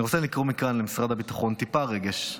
אני רוצה לקרוא מכאן למשרד הביטחון: טיפה רגש,